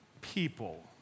people